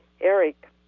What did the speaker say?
Eric